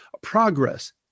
progress